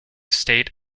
state